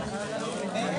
אני